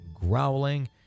growling